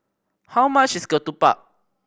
how much is ketupat